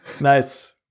Nice